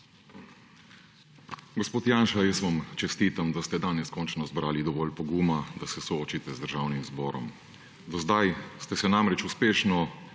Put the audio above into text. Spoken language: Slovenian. Gospod Janša, jaz vam čestitam, da ste danes končno zbrali dovolj poguma, da se soočite z Državnim zborom. Do zdaj ste se namreč uspešno